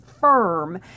firm